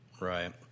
Right